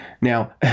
now